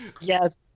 yes